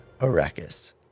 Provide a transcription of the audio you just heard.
Arrakis